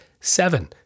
seven